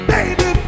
Baby